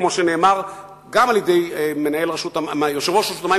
כמו שאמר גם יושב-ראש רשות המים,